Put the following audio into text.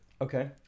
Okay